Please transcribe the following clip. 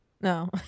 No